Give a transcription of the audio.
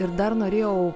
ir dar norėjau